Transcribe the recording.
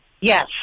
Yes